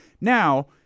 Now